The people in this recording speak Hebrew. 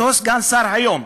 אותו סגן שר היום,